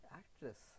actress